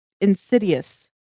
insidious